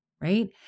Right